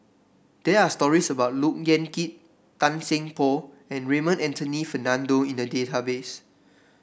there are stories about Look Yan Kit Tan Seng Poh and Raymond Anthony Fernando in the database